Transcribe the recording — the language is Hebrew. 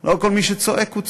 לא כל מי שצועק הוא צודק.